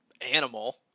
animal